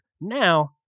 Now